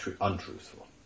untruthful